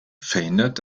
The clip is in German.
verhindert